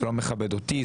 זה לא מכבד אותי,